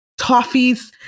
toffees